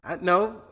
No